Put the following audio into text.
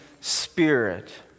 Spirit